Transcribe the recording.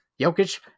Jokic